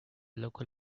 local